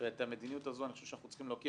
ואת המדיניות הזו אני חושב שאנחנו צריכים להוקיע.